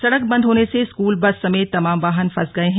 सड़क बंद होने से स्कूल बस समेत तमाम वाहन फंस गए हैं